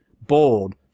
bold